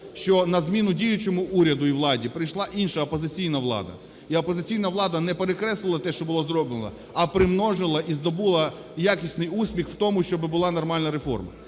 що на зміну діючому уряду і владі прийшла інша – опозиційна влада. І опозиційна влада не перекреслила те, що було зроблено, а примножила і здобула якісний успіх в тому, щоб була нормальна реформа.